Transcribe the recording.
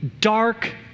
dark